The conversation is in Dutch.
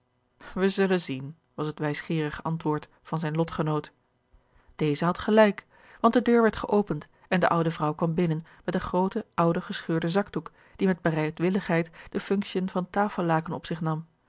wij zullen zien was het wijsgeerige antwoord van zijn lotgenoot deze had gelijk want de deur werd geopend en de oude vrouw kwam binnen met een grooten ouden gescheurden zakdoek die met bereidwilligheid de functiën van tafellaken op zich nam